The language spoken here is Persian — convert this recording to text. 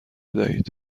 بدهید